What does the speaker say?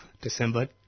December